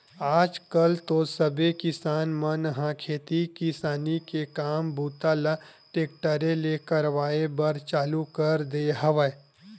आज कल तो सबे किसान मन ह खेती किसानी के काम बूता ल टेक्टरे ले करवाए बर चालू कर दे हवय